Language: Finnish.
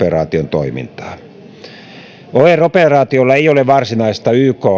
toimintaa oir operaatiolla ei ole varsinaista ykn